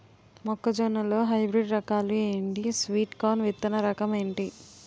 మొక్క జొన్న లో హైబ్రిడ్ రకాలు ఎంటి? స్వీట్ కార్న్ విత్తన రకం ఏంటి?